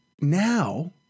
now